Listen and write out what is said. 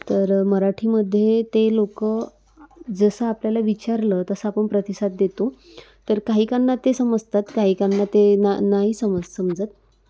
तर मराठीमध्ये ते लोकं जसं आपल्याला विचारलं तसं आपण प्रतिसाद देतो तर काहीकांना ते समजतात काहीकांना ते ना नाही समज समजत